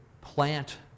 plant